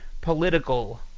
political